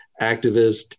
activist